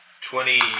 Twenty